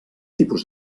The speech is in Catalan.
tipus